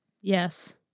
Yes